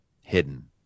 hidden